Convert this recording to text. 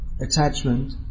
attachment